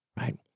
right